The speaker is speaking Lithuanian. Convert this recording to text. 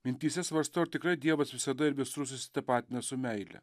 mintyse svarstau ar tikrai dievas visada ir visur susitapatina su meile